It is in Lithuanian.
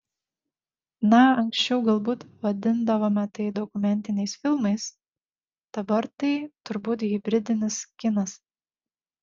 na anksčiau galbūt vadindavome tai dokumentiniais filmais dabar tai turbūt hibridinis kinas